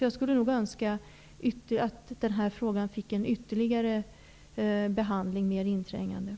Jag skulle därför önska att frågan fick en ytterligare, mer inträngande behandling.